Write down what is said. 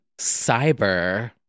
Cyber